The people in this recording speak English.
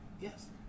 Yes